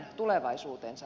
arvoisa puhemies